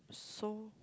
so